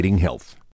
health